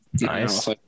nice